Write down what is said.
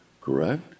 Correct